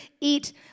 eat